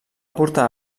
portar